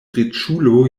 riĉulo